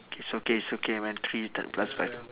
K it's okay it's okay man three t~ plus five